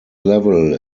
level